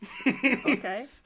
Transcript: Okay